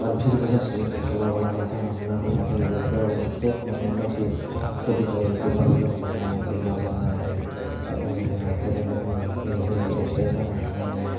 आरो भिरबो जासोयो हस्पिटालाव माब्लाबा जागा मोना मोना जायो जेरावबो हस्पिटालाव थांबानो मानसि बरथिग थायो गोबां लोमजानाय बेमार जानाय आयथें बायनाय आखाय बायनायफोरनि माबाखौ नुनो मोनो एक्सिडेन्ट जानाय मानाय